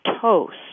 toast